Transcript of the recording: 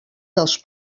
dels